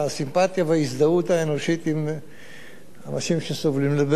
הסימפתיה וההזדהות האנושית עם אנשים שסובלים, אבל